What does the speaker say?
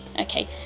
Okay